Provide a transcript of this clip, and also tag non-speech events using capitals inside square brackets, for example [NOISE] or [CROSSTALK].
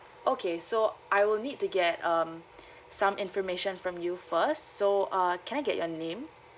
okay so I will need to get um [BREATH] some information from you first so uh can I get your name